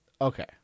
Okay